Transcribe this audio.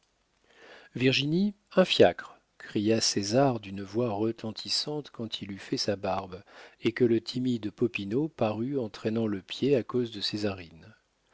virginie un fiacre cria césar d'une voix retentissante quand il eut fait sa barbe et que le timide popinot parut en traînant le pied à cause de